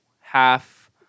Half